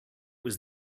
was